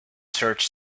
search